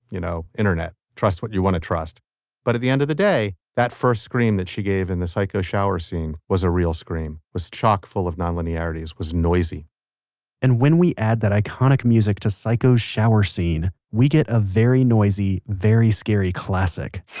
you know, internet, trust what you want to trust but at the end of the day, that first scream that she gave in the psycho shower scene was a real scream, was a chock full of nonlinearities, was noisy and when we add that iconic music to psycho's shower scene. we get a very noisy, very scary classic